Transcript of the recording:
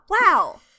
wow